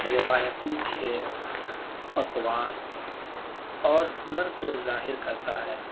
روایتی کھیل پکوان اور ہنر کو ظاہر کرتا ہے